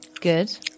Good